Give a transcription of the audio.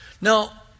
Now